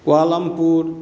Kuala Lumpur